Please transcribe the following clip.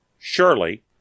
Surely